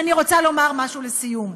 אני רוצה לומר משהו לסיום: